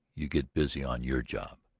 you get busy on your job.